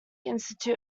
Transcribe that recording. institute